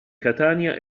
catania